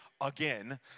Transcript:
again